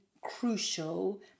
crucial